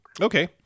okay